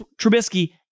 Trubisky